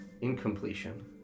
incompletion